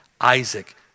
Isaac